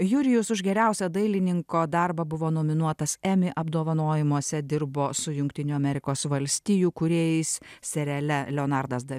jurijus už geriausią dailininko darbą buvo nominuotas emmy apdovanojimuose dirbo su jungtinių amerikos valstijų kūrėjais seriale leonardą